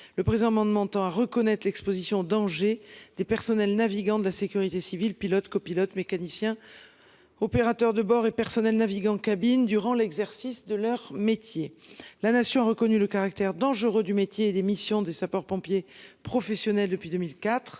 le présent amendement tend à reconnaître l'Exposition danger des personnels navigants de la sécurité civile pilote, copilote mécanicien. Opérateur de bord et personnel navigant cabine durant l'exercice de leur métier, la nation a reconnu le caractère dangereux du métier et des missions des sapeurs-pompiers professionnels depuis 2004